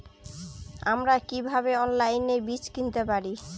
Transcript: আমরা কীভাবে অনলাইনে বীজ কিনতে পারি?